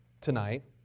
tonight